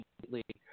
completely